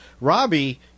Robbie